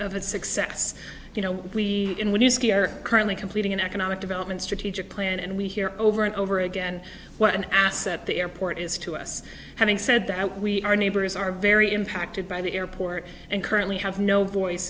its success you know when you are currently completing an economic development strategic plan and we hear over and over again what an asset the airport is to us having said that we are neighbors are very impacted by the airport and currently have no